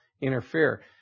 interfere